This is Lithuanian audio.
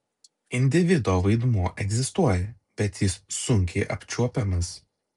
individo vaidmuo egzistuoja bet jis sunkiai apčiuopiamas